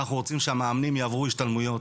אנחנו רוצים שהמאמנים יעברו השתלמויות,